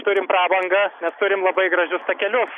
turim prabangą mes turim labai gražius takelius